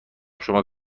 شماره